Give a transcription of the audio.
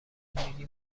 زندگی